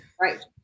Right